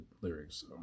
lyrics